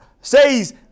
says